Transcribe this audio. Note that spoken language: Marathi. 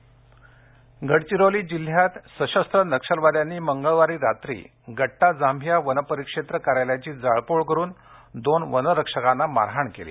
गडचिरोली गडचिरोली जिल्ह्यात सशस्त्र नक्षलवाद्यांनी मंगळवारी रात्री गड्टा जांभिया वनपरिक्षेत्र कार्यालयाची जाळपोळ करुन दोन वनरक्षकांना मारहाण केली